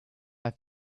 have